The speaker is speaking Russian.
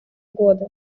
годы